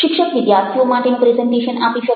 શિક્ષક વિદ્યાર્થીઓ માટેનું પ્રેઝન્ટેશન આપી શકે